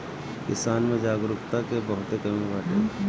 किसान में जागरूकता के बहुते कमी बाटे